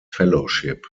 fellowship